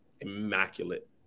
immaculate